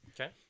Okay